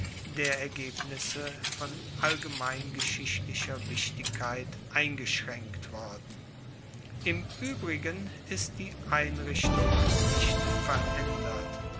der ergebnisse von allgemein geschichtlicher wichtigkeit eingeschraenkt worden im uebrigen ist die einrichtung nicht veraendert